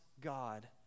God